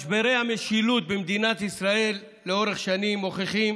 משברי המשילות במדינת ישראל לאורך שנים מוכיחים